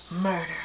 murder